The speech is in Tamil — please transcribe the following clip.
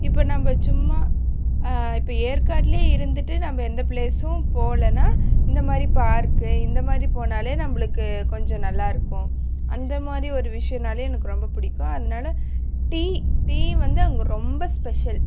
இப்போ நம்ம சும்மா இப்போ ஏற்காட்டிலே இருந்துகிட்டு நம்ம எந்த ப்ளேஸ்ஸும் போகலனா இந்தமாதிரி பார்க்கு இந்தமாதிரி போனால் நம்மளுக்கு கொஞ்சம் நல்லா இருக்கும் அந்தமாதிரி ஒரு விஷ்யனால் எனக்கு ரொம்ப பிடிக்கும் அதனால டீ டீ வந்து அங்கே ரொம்ப ஸ்பெஷல்